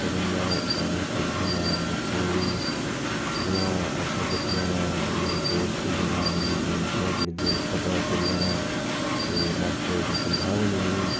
ते कन्नै सारें गी फैदा थ्होना बच्चें गी बी खेढने दा आफर लब्भी जाना उ'नें गी कोच थ्होई जाना उ'नें गी गेम कि'यां खेढदे उसदा पता चली जाना ते मास्टरें दी तनखा बनी जानी